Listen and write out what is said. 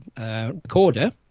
recorder